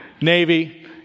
Navy